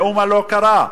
מאומה לא קרה.